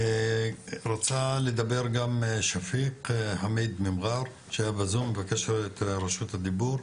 רצה לדבר גם שפיק חאמיד ממע'אר שהיה בזום מבקש את רשות הדיבור,